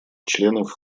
членов